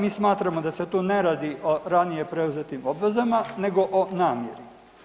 Mi smatramo da se tu ne radi o ranije preuzetim obvezama nego o namjeni.